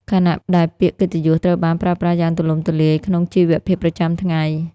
ខណៈដែលពាក្យកិត្តិយសត្រូវបានប្រើប្រាស់យ៉ាងទូលំទូលាយក្នុងជីវភាពប្រចាំថ្ងៃ។